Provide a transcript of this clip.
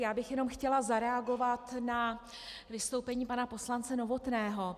Já bych jenom chtěla zareagovat na vystoupení pana poslance Novotného.